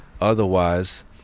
Otherwise